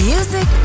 Music